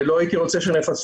אם זה בסדר,